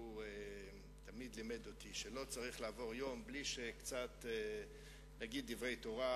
והוא לימד אותי שלא צריך לעבור יום בלי שייאמרו דברי תורה,